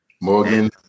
Morgan